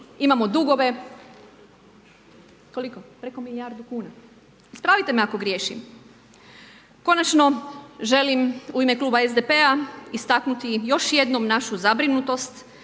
imamo dugove, koliko, preko milijardu kuna, ispravite me ako griješim. Konačno želim u ime kluba SDP-a istaknuti još jednom našu zabrinutost